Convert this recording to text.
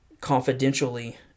confidentially